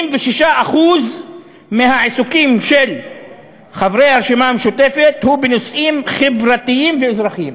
76% מהעיסוקים של חברי הרשימה המשותפת הם בנושאים חברתיים ואזרחיים,